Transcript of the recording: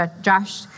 Josh